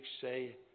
say